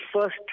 first